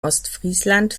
ostfriesland